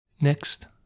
Next